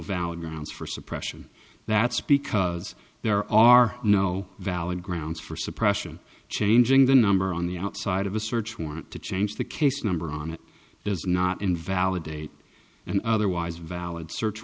valid grounds for suppression that's because there are no valid grounds for suppression changing the number on the outside of a search warrant to change the case number on it does not invalidate and otherwise valid search